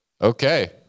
Okay